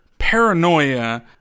paranoia